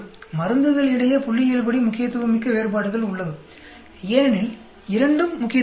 மருந்துகள் இடையே புள்ளியியல்படி முக்கியத்துவமிக்க வேறுபாடுகள் உள்ளது ஏனெனில் இரண்டும் முக்கியத்துவமுள்ளவை